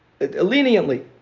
leniently